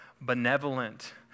benevolent